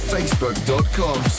Facebook.com